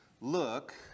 look